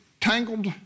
tangled